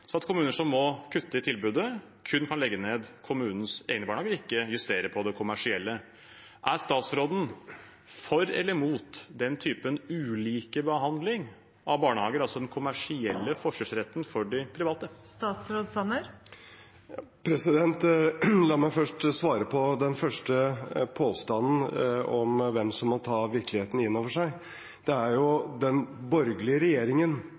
at kommuner som må kutte i tilbudet, kun kan legge ned kommunens egne barnehager og ikke justere de kommersielle. Er statsråden for eller imot den typen ulikebehandling av barnehager, altså den kommersielle forkjørsretten for de private? La meg først svare på den første påstanden om hvem som må ta virkeligheten inn over seg. Det er jo den borgerlige regjeringen,